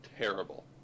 terrible